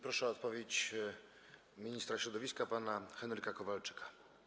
Proszę o odpowiedź ministra środowiska pana Henryka Kowalczyka.